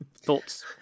thoughts